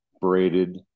braided